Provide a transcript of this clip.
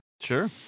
Sure